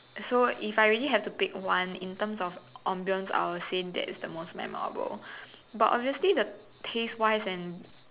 so if I really have to pick one in terms of ambiance I would say that is the most memorable but obviously the taste wise and